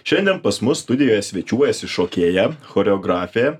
šiandien pas mus studijoje svečiuojasi šokėja choreografė